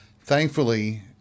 Thankfully